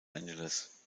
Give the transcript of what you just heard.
angeles